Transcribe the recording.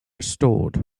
restored